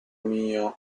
mio